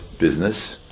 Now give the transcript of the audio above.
business